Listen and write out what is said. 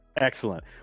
Excellent